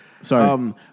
Sorry